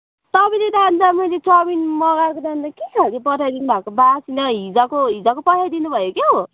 तपाईँले त अन्त मैले चाउमिन मगाएको त अन्त के खालको पठाइदिनुभएको बासी न हिजोको हिजोको पठाइदिनुभयो क्या हो